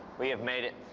we have made it.